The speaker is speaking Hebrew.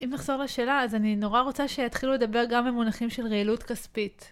אם נחזור לשאלה, אז אני נורא רוצה שיתחילו לדבר גם במונחים של רעילות כספית.